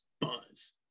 buzz